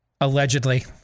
Allegedly